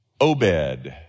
Obed